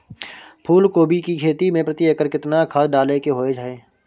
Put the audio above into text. फूलकोबी की खेती मे प्रति एकर केतना खाद डालय के होय हय?